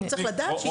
הוא צריך לדעת.